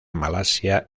malasia